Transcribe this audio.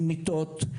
עם מיטות,